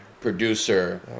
producer